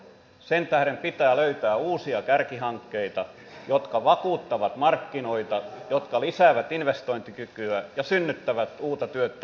sen tähden pitää löytää uusia kärkihankkeita jotka vakuuttavat markkinoita jotka lisäävät investointikykyä ja synnyttävät uutta työtä ja työllisyyttä